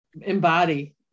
embody